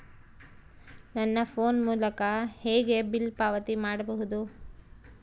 ನನ್ನ ಫೋನ್ ಮೂಲಕ ಹೇಗೆ ಬಿಲ್ ಪಾವತಿ ಮಾಡಬಹುದು?